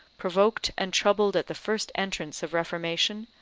provoked and troubled at the first entrance of reformation,